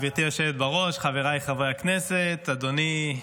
גברתי היושבת בראש, חבריי חברי הכנסת, אדוני